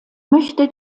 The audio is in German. möchte